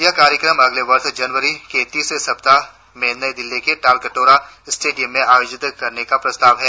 यह कार्यक्रम अगले वर्ष जनवरी के तीसरे सप्ताह में नई दिल्ली के तालकटोरा स्टेडियम में आयोजित करने का प्रस्ताव है